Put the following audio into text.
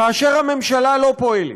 כאשר הממשלה לא פועלת,